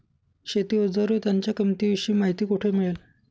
शेती औजारे व त्यांच्या किंमतीविषयी माहिती कोठे मिळेल?